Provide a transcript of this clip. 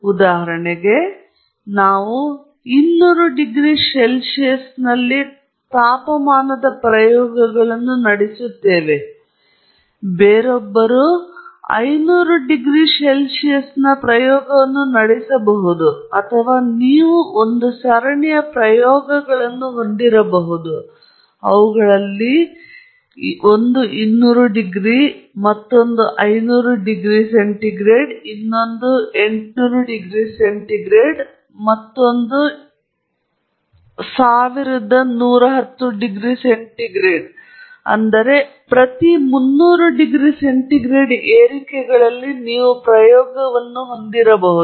ಉದಾಹರಣೆಗೆ ನಾವು 200 degree C ಯಲ್ಲಿ ತಾಪಮಾನದ ಪ್ರಯೋಗಗಳನ್ನು ನಡೆಸುತ್ತೇವೆ ಬೇರೊಬ್ಬರು 500 ಡಿಗ್ರಿ ಸಿ ಯ ಪ್ರಯೋಗವನ್ನು ನಡೆಸಬಹುದು ಅಥವಾ ನೀವು ಒಂದು ಸರಣಿಯ ಪ್ರಯೋಗಗಳನ್ನು ಹೊಂದಿರಬಹುದು ಅವುಗಳಲ್ಲಿ ಒಂದು 200 ಸಿ ಮತ್ತೊಂದು ಡಿಗ್ರಿ ಸಿ ಡಿ ನಲ್ಲಿ 800 ಡಿಗ್ರಿ ಸಿ ನಲ್ಲಿ ಮತ್ತೊಂದು ಪ್ರತಿ 300 ಸಿ ಏರಿಕೆಗಳಲ್ಲಿ ನೀವು ಪ್ರಯೋಗವನ್ನು ಹೊಂದಿರಬಹುದು